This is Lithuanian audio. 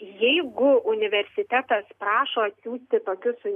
jeigu universitetas prašo atsiųsti tokius